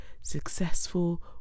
successful